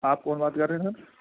آپ کون بات کر رہے ہیں سر